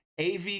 AV